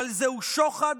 אבל זהו שוחד